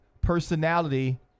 personality